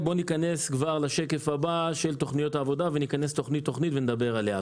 בוא נעבור לשקף הבא של תוכניות העבודה וניכנס לכל תכנית ונדבר עליה.